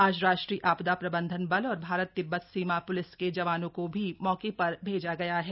आज राष्ट्रीय आपदा प्रबंधन बल और भारत तिब्बत सीमा प्लिस के जवानों को भी मौके पर भेजा गया है